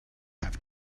have